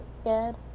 scared